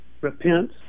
repent